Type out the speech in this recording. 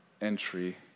entry